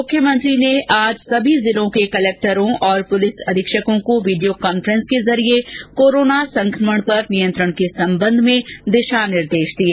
मुख्यमंत्री ने आज सभी जिलों के कलेक्टरों और पुलिस अधीक्षकों को वीडियो कांफ़ेस के जरिये कोरोना संकमण पर नियंत्रण के संबंध में दिशा निर्देश दिए